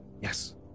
Yes